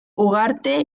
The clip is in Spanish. ugarte